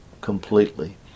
completely